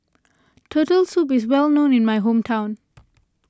Turtle Soup is well known in my hometown